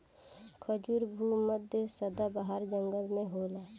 खजूर भू मध्य सदाबाहर जंगल में होला